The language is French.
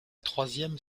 troisième